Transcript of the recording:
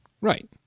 Right